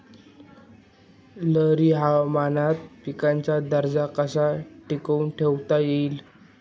लहरी हवामानात पिकाचा दर्जा कसा टिकवून ठेवता येईल?